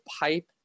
pipe